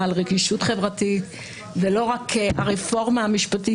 בעל רגישות חברתית ולא רק הרפורמה המשפטית,